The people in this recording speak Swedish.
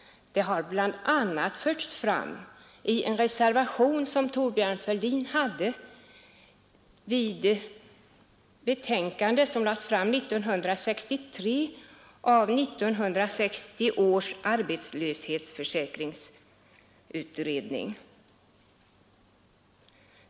Det har bla. förts fram i en reservation, som Thorbjörn Fälldin fogade vid ett betänkande vilket framlades 1963 av 1960 års arbetslöshetsförsäkringsutredning.